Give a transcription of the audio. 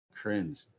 cringe